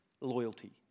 loyalty